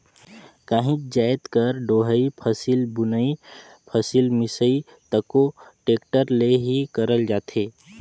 काहीच जाएत कर डोहई, फसिल बुनई, फसिल मिसई तको टेक्टर ले ही करल जाथे